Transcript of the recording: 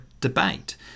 debate